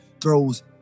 throws